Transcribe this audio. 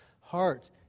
heart